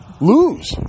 Lose